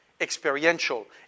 experiential